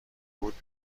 بود